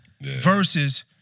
versus